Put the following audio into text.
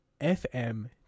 FM